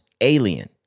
alien